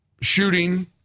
shooting